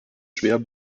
schwer